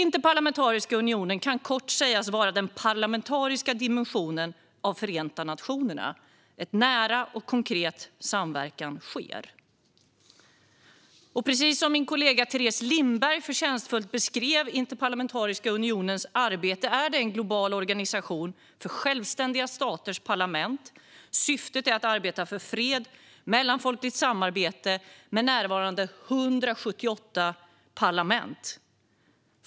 Interparlamentariska unionen kan kort sägas vara den parlamentariska dimensionen av Förenta nationerna, där nära och konkret samverkan sker. Precis som min kollega Teres Lindberg förtjänstfullt beskrev Interparlamentariska unionens arbete är det en global organisation för självständiga staters parlament. Syftet är att arbeta för fred och mellanfolkligt samarbete med de för närvarande 178 parlamenten.